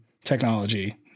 technology